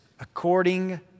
According